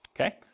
okay